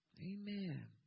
Amen